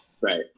Right